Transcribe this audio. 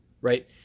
right